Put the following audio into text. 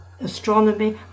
astronomy